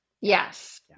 Yes